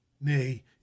nay